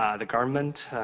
ah the government,